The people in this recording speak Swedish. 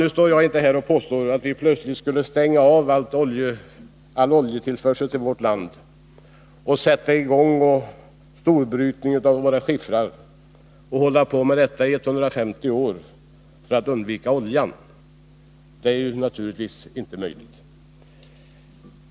Nu står jag inte här och påstår att vi plötsligt skulle stänga av all oljetillförsel till vårt land, sätta i gång en storbrytning av våra skiffrar och hålla på med detta i 150 år för att undvika oljan. Det är naturligtvis inte möjligt.